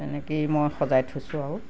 এনেকৈয়ে মই সজাই থৈছোঁ আৰু